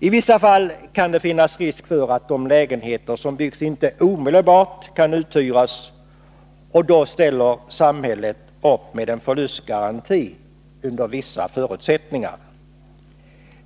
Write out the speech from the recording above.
I vissa fall kan det finnas risk för att de lägenheter som byggs inte omedelbart kan uthyras och då ställer samhället under vissa förutsättningar upp med en förlustgaranti.